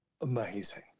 amazing